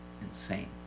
insane